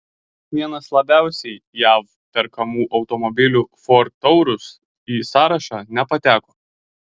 vienas labiausiai jav perkamų automobilių ford taurus į sąrašą nepateko